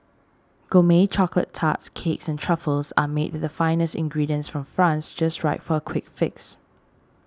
gourmet chocolate tarts cakes and truffles are made with the finest ingredients from France just right for a quick fix